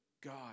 God